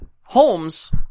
Holmes